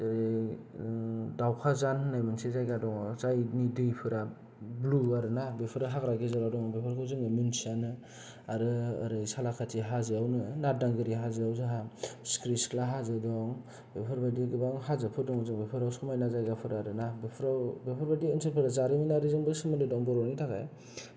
जेरै दावखा जाद होननाय मोनसे जायगा दङ जायनि दैफोरा ब्लु आरोना बेफोरो हाग्रा गेजेराव दङ बेफोरखौ जों मोनथियानो आरो ओरै सालाखाथि हाजोआव नारदांबिलि हाजोआव जोंहा सिख्रि सिख्ला हाजो दङ बेफोर बायदि गोबां हाजो फोर दं बेफोर समायना जायगाफोर आरो ना बेफोराव बेफोर बायदि ओनसोलाव जारिमिनारिजोंबो सोमोन्दो दङ बर'नि थाखाय